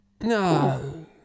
No